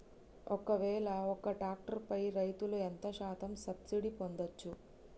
ఒక్కవేల ఒక్క ట్రాక్టర్ పై రైతులు ఎంత శాతం సబ్సిడీ పొందచ్చు?